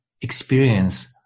experience